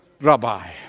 rabbi